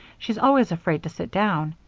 she's always afraid to sit down.